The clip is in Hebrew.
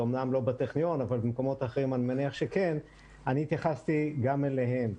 זה אמנם לא בטכניון אבל במקומות אחרים אני מניח שכן, התייחסתי גם אליהם.